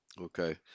Okay